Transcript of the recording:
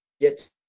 get